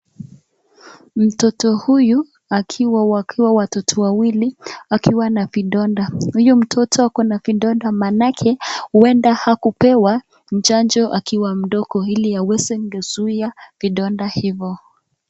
Mtoto huyu akiwa wakiwa watoto wawili akiwa na vidonda, huyu mtoto ako na kidonda maanake huenda hakupewa chanjo akiwa mdogo ili aweze kuzuia vidonda hivo.